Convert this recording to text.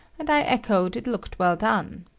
and i echoed it looked well done.